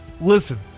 listen